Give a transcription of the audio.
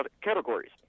categories